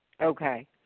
Okay